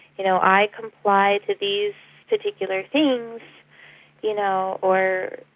you know, i comply to these particular things you know or